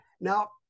Now